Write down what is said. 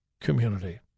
community